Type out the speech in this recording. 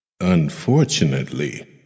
Unfortunately